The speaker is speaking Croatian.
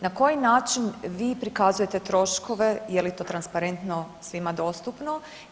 Na koji način vi prikazujete troškove je li to transparentno, svima dostupno.